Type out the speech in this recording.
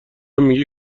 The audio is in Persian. میگی